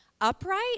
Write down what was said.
upright